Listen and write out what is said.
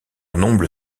nombre